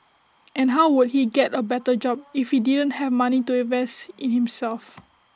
and how would he get A better job if he didn't have money to invest in himself